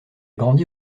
grandi